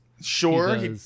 sure